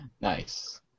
Nice